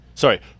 Sorry